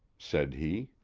said he.